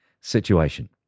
situation